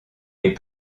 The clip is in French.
les